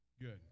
good